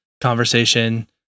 conversation